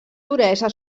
duresa